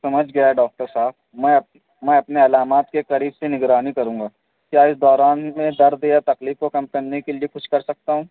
سمجھ گیا ڈاکٹر صاحب میں اپ اپنے علامات کے قریب سے نگرانی کروں گا کیا اس دوران میں درد یا تکلیف کو کم کرنے کے لیے کچھ کر سکتا ہوں